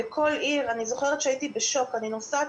אני זוכרת שהייתי ממש בשוק אני נוסעת